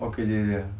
all kerja ah